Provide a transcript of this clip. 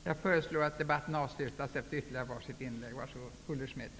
Jag föreslår att debatten avslutas efter ytterligare ett inlägg från vardera sidan.